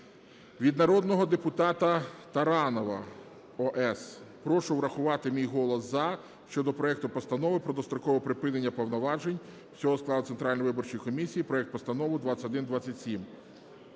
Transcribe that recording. Від народного депутата Таранова О.С.: прошу врахувати мій голос "за" щодо проекту Постанови про дострокове припинення повноважень всього складу Центральної виборчої комісії, проект Постанови 2127.